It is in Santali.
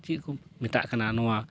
ᱪᱮᱫ ᱠᱚ ᱢᱮᱛᱟᱜ ᱠᱟᱱᱟ ᱱᱚᱣᱟ